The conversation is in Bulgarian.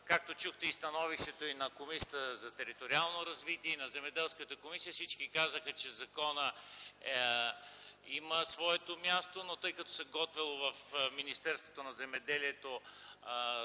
Както чухте и становището на Комисията за териториално развитие, и на Земеделската комисия, всички казаха, че закона има своето място, но тъй като в Министерството на земеделието